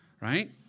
right